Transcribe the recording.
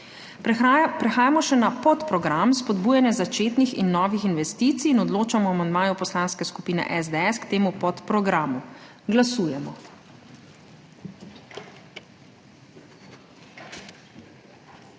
Prehajamo še na podprogram Spodbujanje začetnih in novih investicij in odločamo o amandmaju Poslanske skupine SDS k temu podprogramu. Glasujemo.